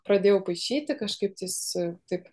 pradėjau paišyti kažkaip tais taip